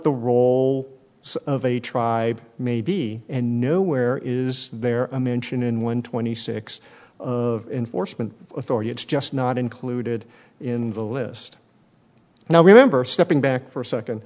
the role of a tribe may be and nowhere is there a mention in one twenty six enforcement authority it's just not included in the list now remember stepping back for a second